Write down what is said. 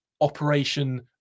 operation